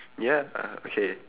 ya uh okay